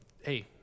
hey